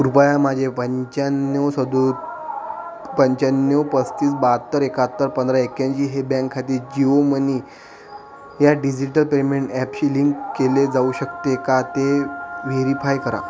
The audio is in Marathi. कृपया माझे पंचाण्णव सदो पंचाण्णव पस्तीस बहात्तर एक्काहत्तर पंधरा एक्क्याऐंशी हे बँक खाते जिओ मनी ह्या डिजिटल पेमेंट ॲपशी लिंक केले जाऊ शकते का ते व्हेरीफाय करा